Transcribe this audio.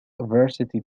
varsity